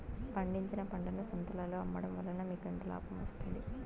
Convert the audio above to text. పండించిన పంటను సంతలలో అమ్మడం వలన మీకు ఎంత లాభం వస్తుంది?